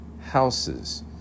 houses